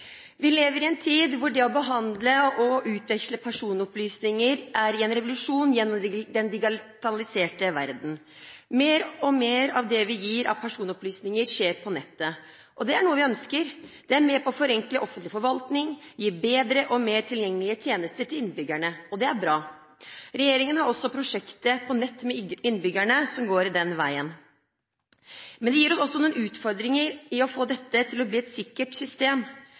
Vi lever i en tid hvor det å behandle og utveksle personopplysninger er i en revolusjon gjennom den digitaliserte verden. Mer og mer av det vi gir av personopplysninger, skjer på nettet, og det er noe vi ønsker. Det er med på å forenkle offentlig forvaltning og gi bedre og mer tilgjengelige tjenester til innbyggerne. Og det er bra! Regjeringen har også prosjektet På nett med innbyggerne som går den veien. Men det gir oss også noen utfordringer for å få dette til å bli et sikkert system.